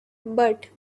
but